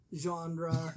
genre